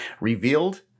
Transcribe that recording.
revealed